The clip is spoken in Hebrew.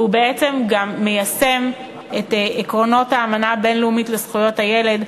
והוא בעצם גם מיישם את עקרונות האמנה הבין-לאומית בדבר זכויות הילד,